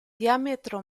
diametro